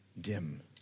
dim